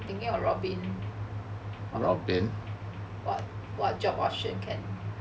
I'm thinking of robin what what job option